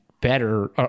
better